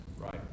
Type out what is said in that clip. Right